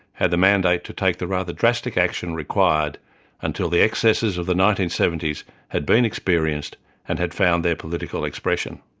had the mandate to take the rather drastic action required until the excesses of the nineteen seventy s had been experienced and had found their political expression.